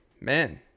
man